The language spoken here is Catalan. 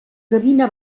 gavina